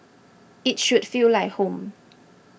it should feel like home